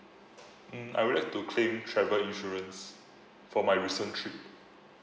mm I would like to claim travel insurance for my recent trip